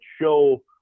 show